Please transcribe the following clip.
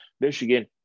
Michigan